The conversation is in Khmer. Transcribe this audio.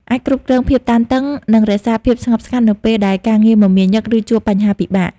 អាចគ្រប់គ្រងភាពតានតឹង និងរក្សាភាពស្ងប់ស្ងាត់នៅពេលដែលការងារមមាញឹក ឬជួបបញ្ហាពិបាក។